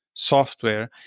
software